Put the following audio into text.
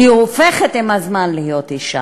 היא הופכת עם הזמן להיות אישה.